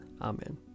Amen